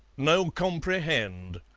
no comprehend.